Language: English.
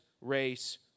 race